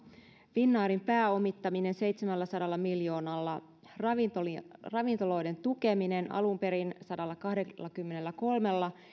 finnairin pääomittaminen seitsemälläsadalla miljoonalla ravintoloiden ravintoloiden tukeminen alun perin sadallakahdellakymmenelläkolmella